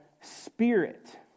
Spirit